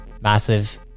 Massive